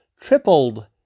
tripled